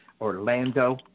Orlando